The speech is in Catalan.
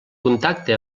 contacte